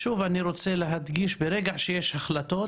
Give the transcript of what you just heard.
שוב אני רוצה להדגיש, ברגע שיש החלטות